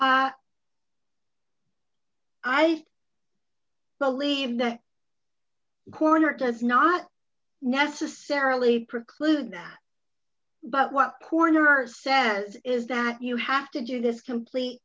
t i believe that corner does not necessarily preclude that but what corner r says is that you have to do this complete